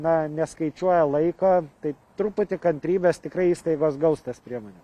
na neskaičiuoja laiką tai truputį kantrybės tikrai įstaigos gaus tas priemones